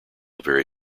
very